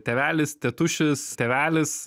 tėvelis tėtušis tėvelis